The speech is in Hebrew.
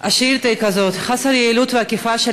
השאילתה היא: חוסר יעילות ואכיפה של